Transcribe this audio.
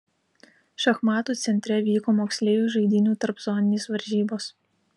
šachmatų centre vyko moksleivių žaidynių tarpzoninės varžybos